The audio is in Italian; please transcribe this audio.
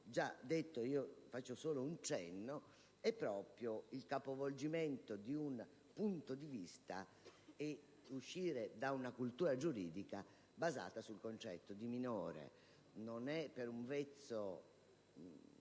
già detto e vi farò soltanto un accenno - è proprio il capovolgimento di un punto di vista: uscire da una cultura giuridica basata sul concetto di minore. Non è per un vezzo